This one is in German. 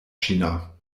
china